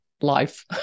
life